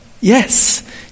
Yes